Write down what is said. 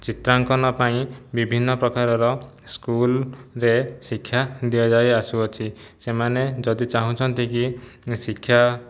ଚିତ୍ରାଙ୍କନ ପାଇଁ ବିଭିନ୍ନପ୍ରକାରର ସ୍କୁଲରେ ଶିକ୍ଷା ଦିଆଯାଇ ଆସୁଅଛି ସେମାନେ ଯଦି ଚାହୁଁଛନ୍ତି କି ଶିକ୍ଷା